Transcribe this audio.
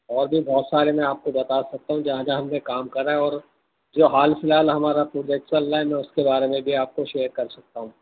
اور بھی بہت سارے میں آپ کو بتا سکتا ہوں جہاں جہاں ہم نے کام کرا ہے اور جو حال فی الحال ہمارا پروجیکٹ چل رہا ہے میں اس کے بارے میں بھی میں آپ کو شئیر کر سکتا ہوں